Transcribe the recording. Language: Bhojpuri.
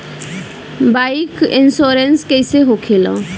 बाईक इन्शुरन्स कैसे होखे ला?